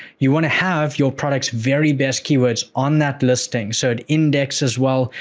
you want to have your products' very best keywords on that listing, so it indexes well,